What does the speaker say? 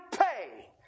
pay